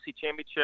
Championship